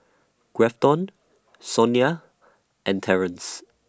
Grafton Sonya and Terance